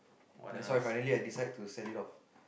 that's why I finally I decide to sell it off